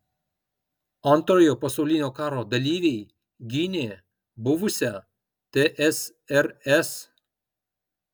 antrojo pasaulinio karo dalyviai gynė buvusią tsrs